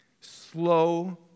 slow